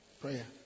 prayer